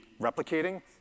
replicating